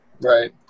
Right